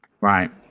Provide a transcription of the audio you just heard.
right